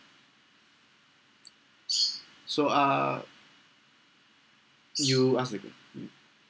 so uh you ask again